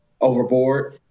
overboard